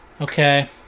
okay